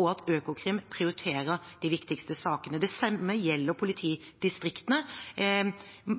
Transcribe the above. og Økokrim prioriterer de viktigste sakene. Det samme gjelder politidistriktene.